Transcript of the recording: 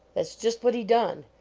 s just what he done.